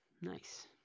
Nice